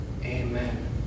Amen